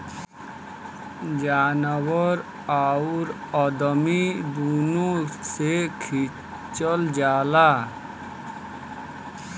जानवर आउर अदमी दुनो से खिचल जाला